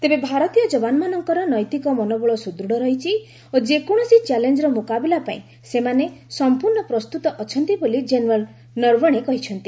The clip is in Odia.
ତେବେ ଭାରତୀୟ ଯବାନମାନଙ୍କର ନୈତିକ ମନୋବଳ ସୁଦୂଢ଼ ରହିଛି ଓ ଯେକୌଣସି ଚ୍ୟାଲେଞ୍ଜର ମୁକାବିଲା ପାଇଁ ସେମାନେ ସମ୍ପୂର୍ଣ୍ଣ ପ୍ରସ୍ତୁତ ଅଛନ୍ତି ବୋଲି ଜେନେରାଲ୍ ନରବଣେ କହିଛନ୍ତି